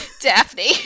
Daphne